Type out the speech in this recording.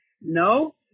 no